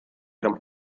gran